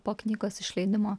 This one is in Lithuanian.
po knygos išleidimo